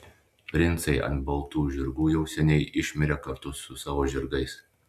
princai ant baltų žirgų jau seniai išmirė kartu su savo žirgais